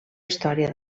història